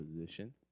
position